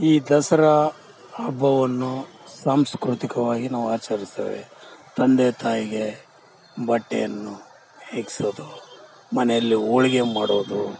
ಈ ದಸರಾ ಹಬ್ಬವನ್ನು ಸಾಂಸ್ಕೃತಿಕಾವಾಗಿ ನಾವು ಆಚರ್ಸ್ತೇವೆ ತಂದೆ ತಾಯಿಗೆ ಬಟ್ಟೆಯನ್ನು ತೆಗ್ಸೋದು ಮನೆಯಲ್ಲಿ ಹೋಳಿಗೆ ಮಾಡೋದು